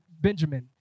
Benjamin